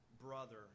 brother